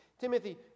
Timothy